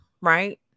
right